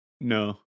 No